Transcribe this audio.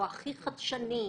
הכי חדשני,